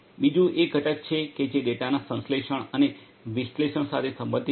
બીજું એ ઘટક છે જે ડેટાના સંશ્લેષણ અને વિશ્લેષણ સાથે સંબંધિત છે